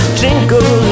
jingle